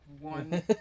one